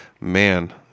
Man